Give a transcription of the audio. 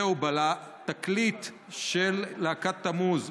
בתקליט של להקת תמוז,